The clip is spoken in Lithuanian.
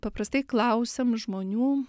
paprastai klausiam žmonių